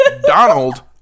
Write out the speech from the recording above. Donald